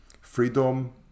freedom